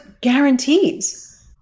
guarantees